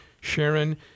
Sharon